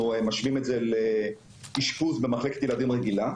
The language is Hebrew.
משווים את זה לאשפוז במחלקת ילדים רגילה.